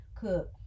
cook